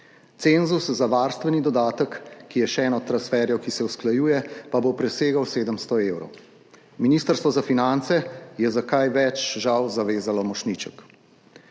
Cenzus za varstveni dodatek, ki je še eden od transferjev, ki se usklajuje, pa bo presegel 700 evrov. Ministrstvo za finance je za kaj več žal zavezalo mošnjiček.